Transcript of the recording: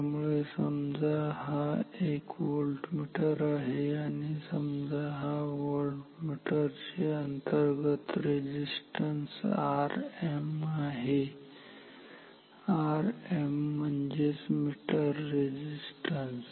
त्यामुळे समजा हा एक व्होल्टमीटर आहे आणि समजा या व्होल्टमीटर चे अंतर्गत रेझिस्टन्स Rm आहे Rm म्हणजेच मीटर रेझिस्टन्स